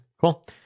Cool